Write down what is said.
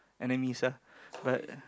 enemies ah